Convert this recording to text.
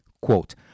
Quote